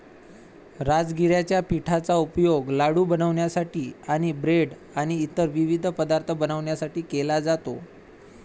राजगिराच्या पिठाचा उपयोग लाडू बनवण्यासाठी आणि ब्रेड आणि इतर विविध पदार्थ बनवण्यासाठी केला जातो